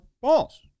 false